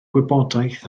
gwybodaeth